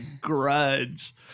grudge